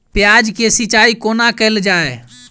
प्याज केँ सिचाई कोना कैल जाए?